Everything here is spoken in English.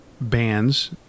bands